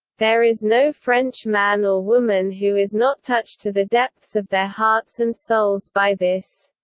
there is no french man or woman who is not touched to the depths of their hearts and souls by this.